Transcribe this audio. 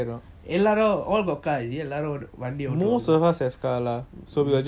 எல்லாரும்:ellarum all got car எல்லாரும் வண்டி ஊடுவிங்க:ellarum vandi ootuvinga